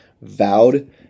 vowed